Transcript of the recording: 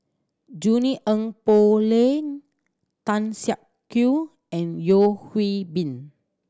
Junie Sng Poh Leng Tan Siak Kew and Yeo Hwee Bin